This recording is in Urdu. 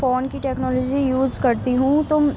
فون کی ٹیکنالوجی یوز کرتی ہوں تو